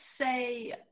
say